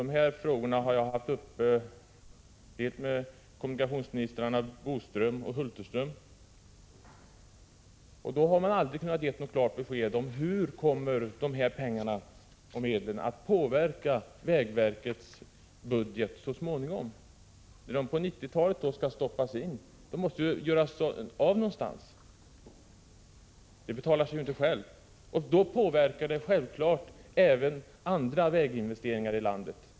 Dessa frågor har jag tagit upp med kommunikationsministrarna Boström och Hulterström. Då har man aldrig kunnat ge något klart besked om hur dessa medel kommer att påverka vägverkets budget så småningom, när de på 90-talet skall stoppas in. De måste ju användas någonstans. Projektet betalar sig ju inte självt. Då påverkas självfallet även andra väginvesteringar i landet.